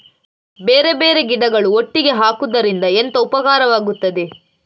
ಬೇರೆ ಬೇರೆ ಗಿಡಗಳು ಒಟ್ಟಿಗೆ ಹಾಕುದರಿಂದ ಎಂತ ಉಪಕಾರವಾಗುತ್ತದೆ?